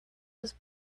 was